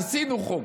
עשינו חוק.